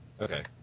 okay